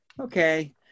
okay